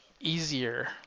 easier